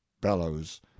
bellows